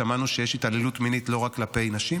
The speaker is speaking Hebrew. שמענו שיש התעללות מינית לא רק כלפי נשים,